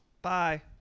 Bye